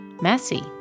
Messy